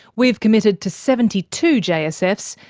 we've committed to seventy two jsfs,